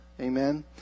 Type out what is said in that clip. Amen